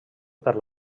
per